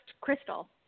crystal